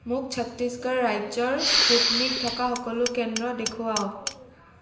মোক ছত্তীশগড় ৰাজ্যৰ স্পুটনিক থকা সকলো কেন্দ্ৰ দেখুৱাওক